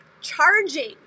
charging